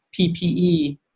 PPE